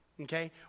Okay